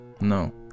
no